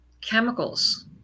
chemicals